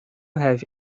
have